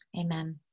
Amen